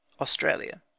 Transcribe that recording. Australia